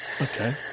okay